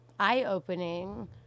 Eye-opening